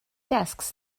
desks